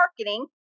marketing